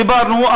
דיברנו,